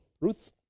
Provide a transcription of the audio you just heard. Ruth